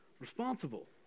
responsible